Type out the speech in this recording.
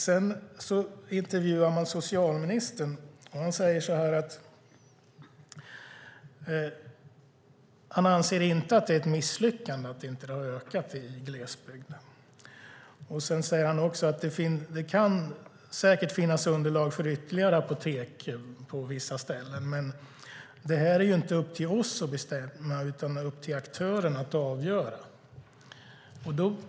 Sedan intervjuade man socialministern, och han säger att han inte anser att det är ett misslyckande att apoteken inte har ökat i glesbygden. Sedan säger han att det säkert kan finnas underlag för ytterligare apotek på vissa ställen men att det inte är upp till oss att bestämma utan upp till aktörerna att avgöra.